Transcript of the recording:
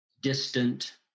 distant